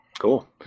Cool